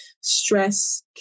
stress